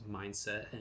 mindset